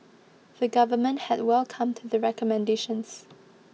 the Government had welcomed the recommendations